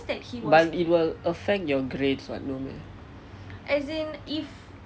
but it will affect your grades [what] no meh